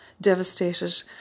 devastated